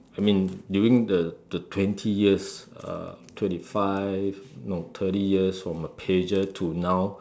I mean during the the twenty years uh twenty five no thirty years from a pager to now